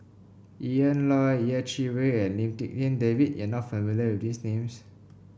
Ian Loy Yeh Chi Wei and Lim Tik En David you are not familiar with these names